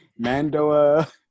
Mandoa